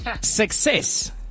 success